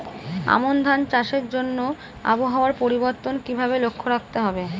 আমন ধান চাষের জন্য আবহাওয়া পরিবর্তনের কিভাবে লক্ষ্য রাখতে হয়?